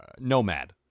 nomad